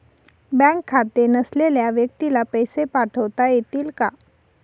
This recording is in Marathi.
बँक खाते नसलेल्या व्यक्तीला पैसे पाठवता येतील का?